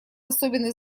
особенный